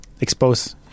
expose